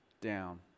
down